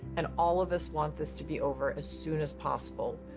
and all of us want this to be over as soon as possible.